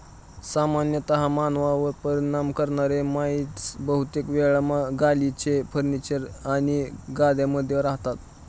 सामान्यतः मानवांवर परिणाम करणारे माइटस बहुतेक वेळा गालिचे, फर्निचर आणि गाद्यांमध्ये रहातात